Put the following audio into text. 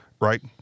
right